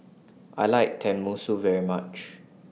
I like Tenmusu very much